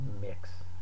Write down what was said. mix